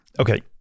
okay